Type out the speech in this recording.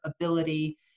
ability